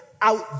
out